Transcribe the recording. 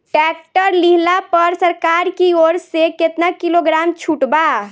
Tractor लिहला पर सरकार की ओर से केतना किलोग्राम छूट बा?